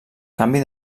canvi